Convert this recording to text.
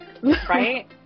Right